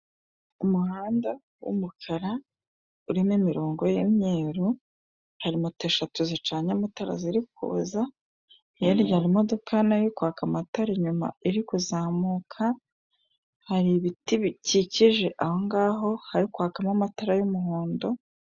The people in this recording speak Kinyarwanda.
umuhanda w'umukara urimo imirongo y'imyeru, hari moto eshatu zicanye amatara ziri kuza, hirya hari imodoka nayo iri kwaka amatara inyuma iri kuzamuka, hari ibiti bikikije ahongaho, hakwagamo amatara y'umuhondo.